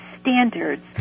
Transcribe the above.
standards